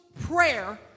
prayer